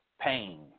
pain